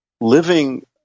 living